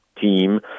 team